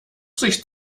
sich